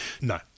No